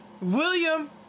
William